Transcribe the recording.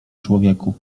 człowieku